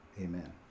amen